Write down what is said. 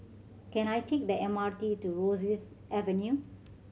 can I take the M R T to Rosyth Avenue